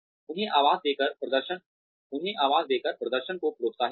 उन्हें आवाज देकर प्रदर्शन को प्रोत्साहित करें